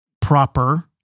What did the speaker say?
proper